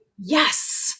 yes